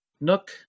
Nook